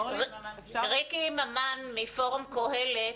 ריקי ממן מפורום קהלת.